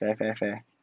fair fair fair